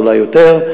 אולי יותר,